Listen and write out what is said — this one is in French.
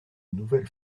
nouvelle